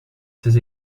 ces